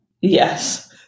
Yes